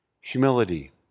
Humility